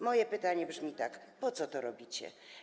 Moje pytanie brzmi tak: Po co to robicie?